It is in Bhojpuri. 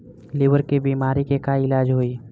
लीवर के बीमारी के का इलाज होई?